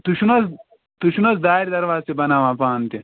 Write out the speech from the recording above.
تُہۍ چھُو نہٕ حظ تُہۍ چھُو نہٕ حظ دارِ دروازِ تہٕ بناوان پانہٕ تہِ